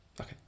okay